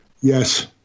Yes